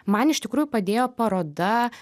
man iš tikrųjų padėjo paroda